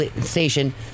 station